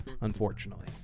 unfortunately